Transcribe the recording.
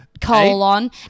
colon